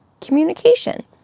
communication